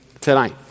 tonight